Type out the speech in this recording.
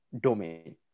domain